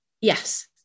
Yes